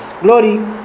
Glory